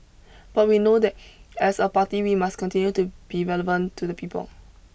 but we know that as a party we must continue to be relevant to the people